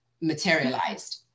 materialized